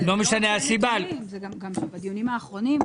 גם בדיונים האחרונים,